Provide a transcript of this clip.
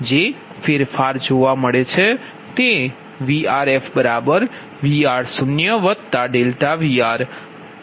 જે ફેરફાર જોવા મળે છે તે VrfVr0ΔVrVr0 ZrrIf છે